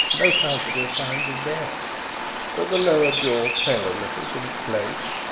no palpable sign of death but the lower jaw fell a little from its place,